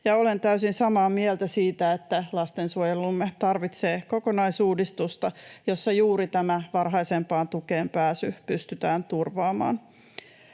Olen täysin samaa mieltä siitä, että lastensuojelumme tarvitsee kokonaisuudistusta, jossa juuri tämä varhaisempaan tukeen pääsy pystytään turvaamaan.